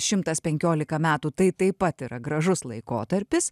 šimtas penkiolika metų tai taip pat yra gražus laikotarpis